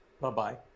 Bye-bye